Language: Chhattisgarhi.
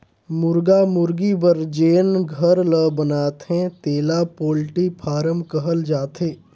मुरगा मुरगी बर जेन घर ल बनाथे तेला पोल्टी फारम कहल जाथे